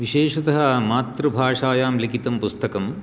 विशेषतः मातृभाषायां लिखितं पुस्तकम्